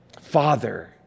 father